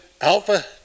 alpha